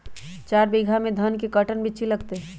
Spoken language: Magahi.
चार बीघा में धन के कर्टन बिच्ची लगतै?